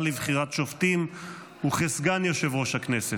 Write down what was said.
לבחירת שופטים וכסגן יושב-ראש הכנסת.